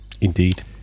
Indeed